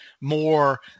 more